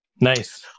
Nice